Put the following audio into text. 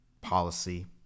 policy